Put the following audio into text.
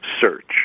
search